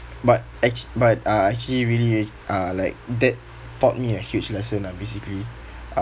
but act~ but uh actually really rea~ uh like that taught me a huge lesson lah basically